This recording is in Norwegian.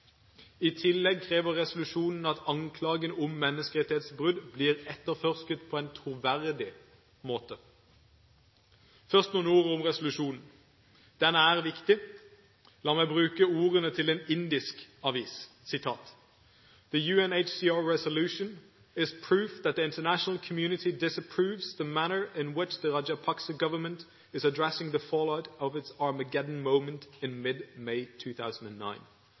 I tillegg krever resolusjonen at anklagene om menneskerettighetsbrudd blir etterforsket på en troverdig måte. Først noen ord om resolusjonen. Den er viktig. La meg bruke ordene til en indisk avis: «The UNHRC resolution is proof that the international community disapproves «the manner in which the Rajapaksa government is addressing the fallout of its Armageddon moment